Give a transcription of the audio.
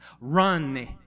run